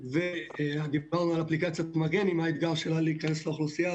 אם דיברנו על אפליקציית מגן והאתגר שלה להיכנס לאוכלוסייה,